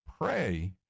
pray